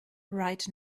right